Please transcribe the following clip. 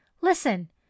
Listen